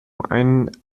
einen